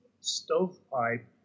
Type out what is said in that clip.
stovepipe